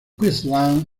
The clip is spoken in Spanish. queensland